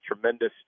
tremendous